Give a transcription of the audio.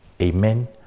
Amen